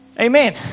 Amen